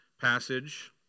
passage